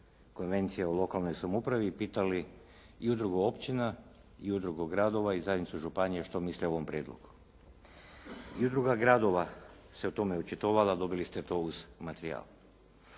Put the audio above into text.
Konvencija o lokalnoj samoupravi i pitali i udrugu općina i udrugu gradova i zajednicu županija što misle o ovom prijedlogu. I udruga gradova se o tome očitovala. Dobili ste to uz materijal.